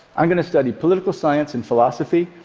i'm going to study political science and philosophy,